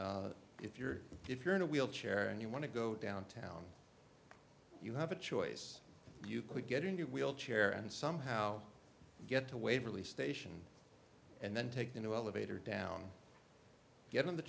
example if you're if you're in a wheelchair and you want to go downtown you have a choice you could get in your wheelchair and somehow get to waverley station and then take the elevator down get on the